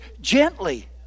gently